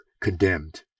Condemned